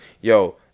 Yo